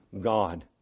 God